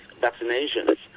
vaccinations